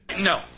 No